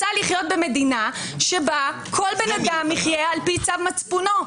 רוצה לחיות במדינה שבה כל אדם יחיה על פי צו מצפונו.